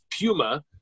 Puma